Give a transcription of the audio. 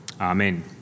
Amen